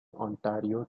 ontario